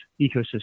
ecosystem